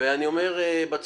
אני אומר בצורה